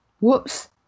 whoops